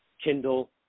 Kindle